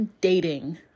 dating